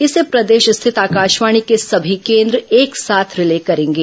इसे प्रदेश स्थित आकाशवाणी के सभी केन्द्र एक साथ रिले करेंगे